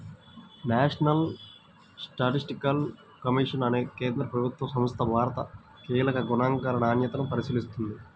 national statistical commission అనే కేంద్ర ప్రభుత్వ సంస్థ భారత కీలక గణాంకాల నాణ్యతను పరిశీలిస్తుంది